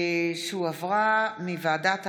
שהועברה מוועדת העלייה,